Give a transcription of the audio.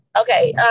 Okay